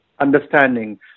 understanding